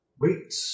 Wait